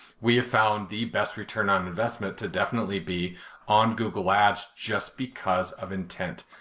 we have found the best return on investment to definitely be on google ads, just because of intent.